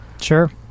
sure